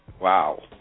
wow